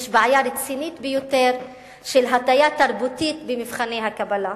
יש בעיה רצינית ביותר של הטיה תרבותית במבחני הקבלה,